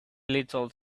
little